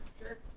Sure